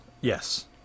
yes